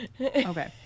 okay